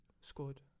Scored